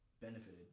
benefited